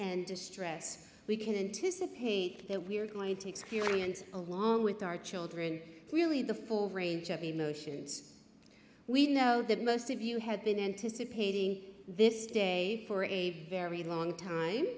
and stress we can anticipate that we are going to experience along with our children really the full range of emotions we know that most of you have been anticipating this day for a very long time